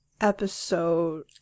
episode